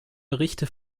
berichte